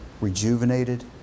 rejuvenated